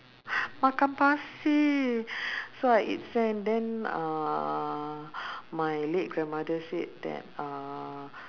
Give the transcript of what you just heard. makan pasir so I eat sand then uh my late grandmother said that uh